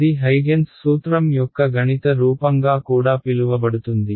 ఇది హైగెన్స్ సూత్రం యొక్క గణిత రూపంగా కూడా పిలువబడుతుంది